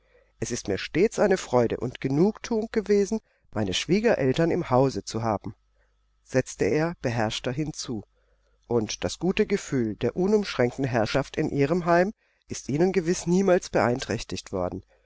es ist mir stets eine freude und genugthuung gewesen meine schwiegereltern im hause zu haben setzte er beherrschter hinzu und das gefühl der unumschränkten herrschaft in ihrem heim ist ihnen gewiß niemals beeinträchtigt worden